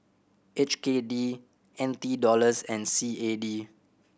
H K D N T Dollars and C A D